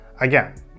again